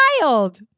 wild